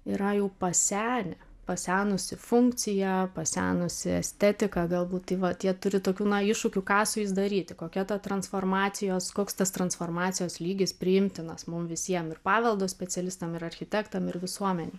yra jau pasenę pasenusi funkcija pasenusi estetika galbūt tai va tie turi tokių na iššūkių ką su jais daryti kokia ta transformacijos koks tas transformacijos lygis priimtinas mum visiem ir paveldo specialistam ir architektam ir visuomenei